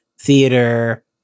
theater